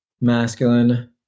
masculine